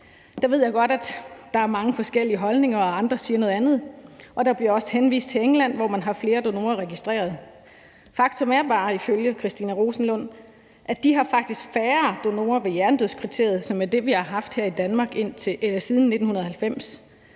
der er mange forskellige holdninger, og at andre siger noget andet, og der bliver også henvist til England, hvor man har flere donorer registreret. Faktum er bare ifølge Christina Rosenlund, at de faktisk har færre donorer med hjernedødskriteriet, som er det, vi har haft her i Danmark siden 1990.